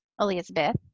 Elizabeth